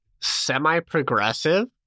semi-progressive